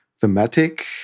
thematic